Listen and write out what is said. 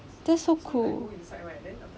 that's so cool